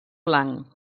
blanc